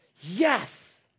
Yes